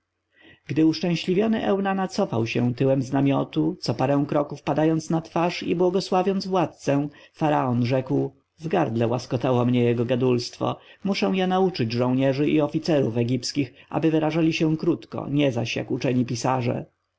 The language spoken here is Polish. gdy uszczęśliwiony eunana cofał się tyłem z namiotu co parę kroków padając na twarz i błogosławiąc władcę faraon rzekł w gardle łaskotało mnie jego gadulstwo muszę ja nauczyć żołnierzy i oficerów egipskich aby wyrażali się krótko nie zaś jak uczeni pisarze